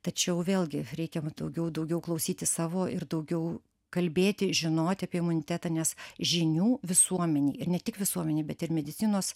tačiau vėlgi reikia daugiau daugiau klausyti savo ir daugiau kalbėti žinoti apie imunitetą nes žinių visuomenei ir ne tik visuomenei bet ir medicinos